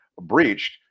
breached